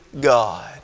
God